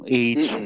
age